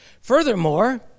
Furthermore